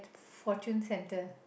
fortune centre